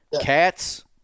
cats